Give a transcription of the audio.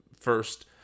first